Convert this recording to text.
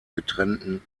getrennten